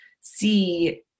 see